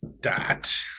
dot